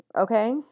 okay